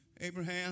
Abraham